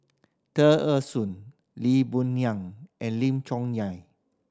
Tear Ee Soon Lee Boon Ngan and Lim Chong Yah